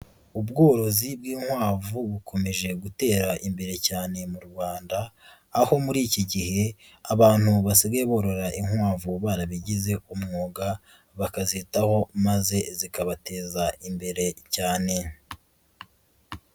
Ubworozi bw'inkwavu bukomeje gutera imbere cyane mu Rwanda aho muri iki gihe abantu basigaye borora inkwavu barabigize umwuga bakazitaho maze zikabateza imbere cyane.